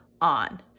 On